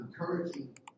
Encouraging